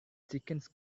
chickens